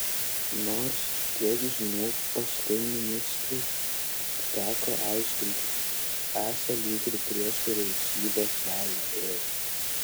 nors kiek žinau paskui ministrei teko aiškintis esą lyg ir prieš vyriausybės valią ėjo